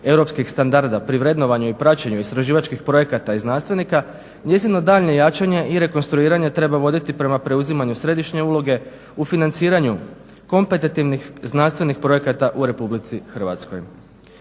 europskih standarda pri vrednovanju i praćenju istraživačkih projekta i znanstvenika njezino daljnje jačanje i rekonstruiranje treba voditi prema preuzimanju središnje uloga u financiranju kompetitivnih znanstvenih projekata u RH.